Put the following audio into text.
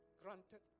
granted